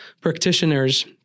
practitioners